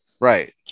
right